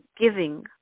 giving